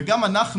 וגם אנחנו,